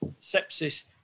Sepsis